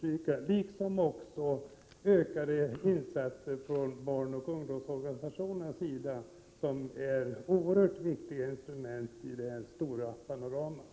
3 c a é hetsförordningen Likaså är ökade insatser från barnoch ungdomsorganisationernas sida Hå oerhört viktiga i det här stora panoramat.